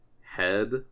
head